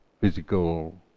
Physical